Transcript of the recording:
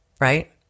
right